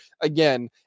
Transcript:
again